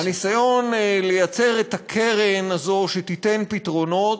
הניסיון לייצר את הקרן הזו, שתיתן פתרונות,